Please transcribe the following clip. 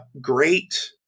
great